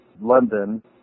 London